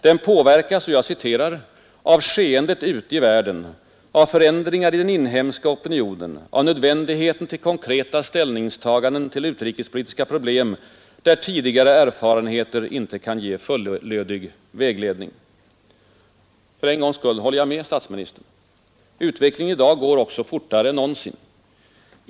Den påverkas ”av skeendet ute i världen, av förändringar i den inhemska opinionen, av nödvändigheten till konkreta ställningstaganden till utrikespolitiska problem, där tidigare erfarenheter inte kan ge fullödig vägledning”. För en gångs skull håller jag med statsministern. Utvecklingen går i dag fortare än någonsin.